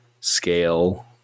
scale